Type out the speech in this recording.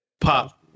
Pop